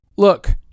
Look